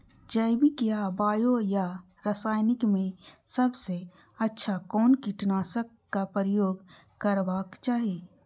जैविक या बायो या रासायनिक में सबसँ अच्छा कोन कीटनाशक क प्रयोग करबाक चाही?